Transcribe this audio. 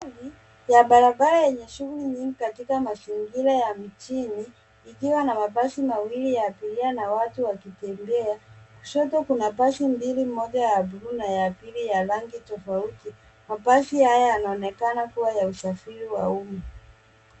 Kuna barabara yenye shughuli nyingi katika mazingira ya mjini ikiwa na mabasi mawili yalio na watu wakitembea. Kushoto kuna basi mbili, moja ya bluu na ya pili ya rangi tofauti. Mabasi haya yanaonekana kuwa ya usafiri wa umma.